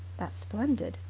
that's splendid.